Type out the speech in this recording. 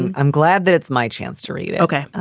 and i'm glad that it's my chance to read. okay.